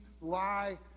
lie